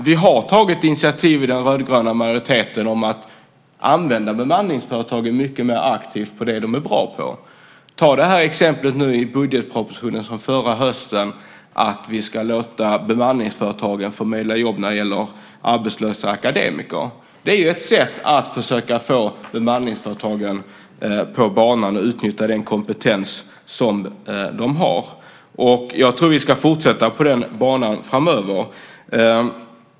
Vi har tagit initiativ i den rödgröna majoriteten till att använda bemanningsföretagen mycket mer aktivt på det de är bra på. Ta förslaget i budgetpropositionen förra hösten om att vi ska låta bemanningsföretagen förmedla jobb när det gäller arbetslösa akademiker. Det är ett sätt att försöka få bemanningsföretagen att utnyttja den kompetens som de har. Jag tror att vi ska fortsätta på den banan framöver.